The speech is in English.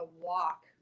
walk